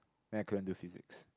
then I couldn't do physics